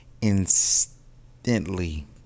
instantly